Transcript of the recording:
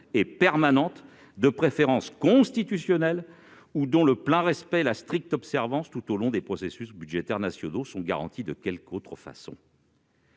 et permanentes, de préférence constitutionnelles, ou dont le plein respect et la stricte observance tout au long des processus budgétaires nationaux sont garantis de quelque autre façon.